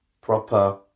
proper